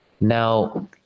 Now